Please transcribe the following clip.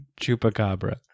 chupacabra